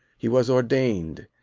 he was ordained.